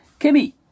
Kimmy